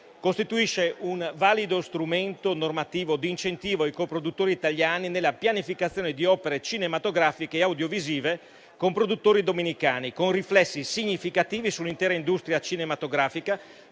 costituisce un valido strumento normativo di incentivo ai coproduttori italiani nella pianificazione di opere cinematografiche e audiovisive con produttori dominicani, con riflessi significativi sull'intera industria cinematografica,